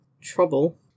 trouble